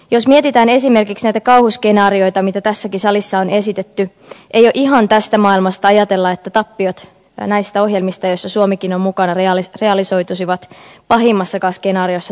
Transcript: jos mietitään esimerkiksi näitä kauhuskenaarioita mitä tässäkin salissa on esitetty ei ole ihan tästä maailmasta ajatella että tappiot näistä ohjelmista joissa suomikin on mukana realisoituisivat pahimmassakaan skenaariossa täysimääräisesti